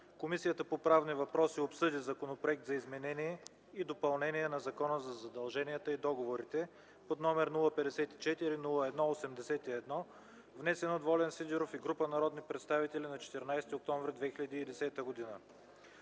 Комисията по правни въпроси обсъди Законопроект за изменение и допълнение на Закона за задълженията и договорите, № 054-01-81, внесен от Волен Сидеров и група народни представители на 14 октомври 2010 г.